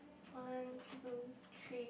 one two three